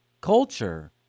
Culture